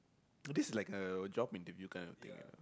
oh this is like a job interview kinda thing ah